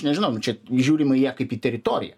nežinau čia žiūrima į ją kaip į teritoriją